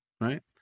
right